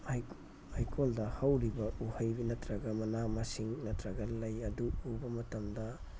ꯍꯩꯀꯣꯜꯗ ꯍꯧꯔꯤꯕ ꯎꯍꯩꯗꯨ ꯅꯠꯇ꯭ꯔꯒ ꯃꯅꯥ ꯃꯁꯤꯡ ꯅꯠꯇ꯭ꯔꯒ ꯂꯩ ꯑꯗꯨ ꯎꯕ ꯃꯇꯝꯗ